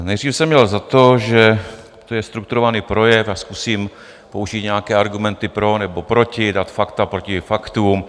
Nejdřív jsem měl za to, že to je strukturovaný projev a zkusím použít nějaké argumenty pro nebo proti, dát fakta proti faktům.